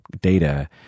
data